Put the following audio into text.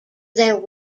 there